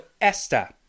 esther